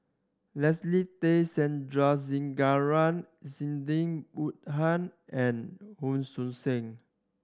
Leslie Tay Sandrasegaran Sidney Woodhull and Hon Sui Sen